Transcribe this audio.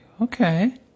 Okay